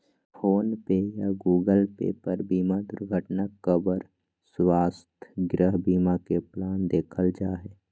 phone पे या Google Pay पर बीमा दुर्घटना कवर, स्वास्थ्य, गृह बीमा के प्लान देखल जा हय